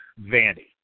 Vandy